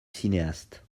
cinéaste